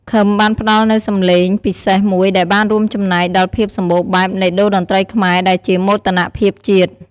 ឃឹមបានផ្តល់នូវសំឡេងពិសេសមួយដែលបានរួមចំណែកដល់ភាពសម្បូរបែបនៃតូរ្យតន្ត្រីខ្មែរ ដែលជាមោទនភាពជាតិ។